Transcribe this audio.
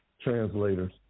translators